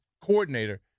coordinator